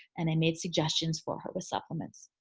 and i made suggestions for her with supplements.